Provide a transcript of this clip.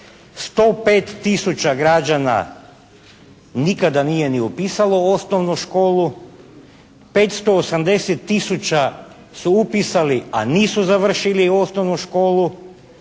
105000 građana nikada nije ni upisalo osnovnu školu, 580000 su upisali a nisu završili osnovnu školu.